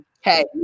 hey